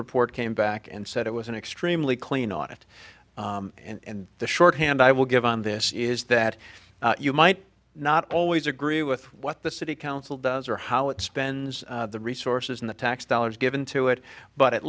report came back and said it was an extremely clean on it and the shorthand i will give on this is that you might not always agree with what the city council does or how it spends the resources in the tax dollars given to it but at